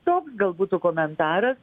toks gal būtų komentaras